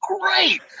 great